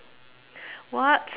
what